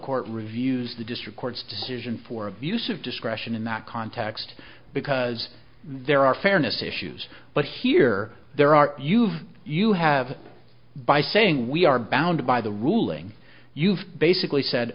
court reviews the district court's decision for abuse of discretion in that context because there are fairness issues but here there are you've you have by saying we are bound by the ruling you've basically said